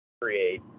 create